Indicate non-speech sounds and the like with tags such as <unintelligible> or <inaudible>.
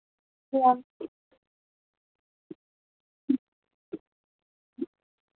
<unintelligible>